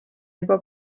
juba